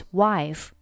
wife